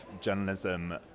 journalism